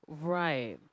Right